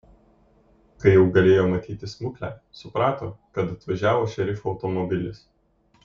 kai jau galėjo matyti smuklę suprato kad atvažiavo šerifo automobilis